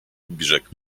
brzeg